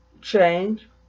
change